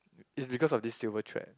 is because of this silver thread